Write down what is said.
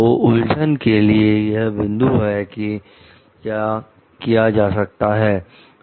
तो उलझन के लिए यह बिंदु है कि क्या किया जा सकता है